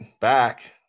back